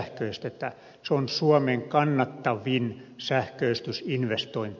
se on suomen kannattavin sähköistysinvestointi